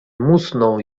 musnął